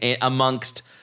amongst